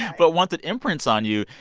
but once it imprints on you,